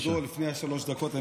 לפני השלוש דקות,